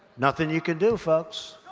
nothing you can do, folks.